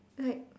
like